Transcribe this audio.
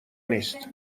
نیست